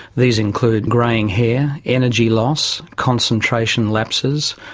these include greying hair, energy loss, concentration lapses,